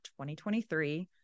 2023